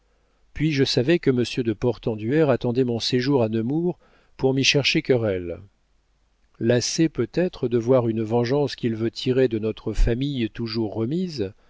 puis je savais que monsieur de portenduère attendait mon séjour à nemours pour m'y chercher querelle lassé peut-être de voir une vengeance qu'il veut tirer de notre famille toujours remise